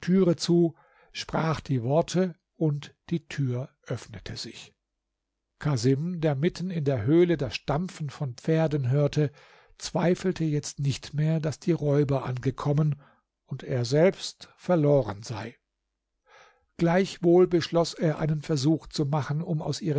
zu sprach die worte und die tür öffnete sich casim der mitten in der höhle das stampfen von pferden hörte zweifelte jetzt nicht mehr daß die räuber angekommen und er selbst verloren sei gleichwohl beschloß er einen versuch zu machen um aus